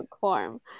form